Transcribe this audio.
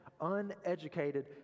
uneducated